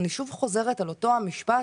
אני שוב חוזרת על אותו המשפט.